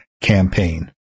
campaign